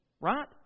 right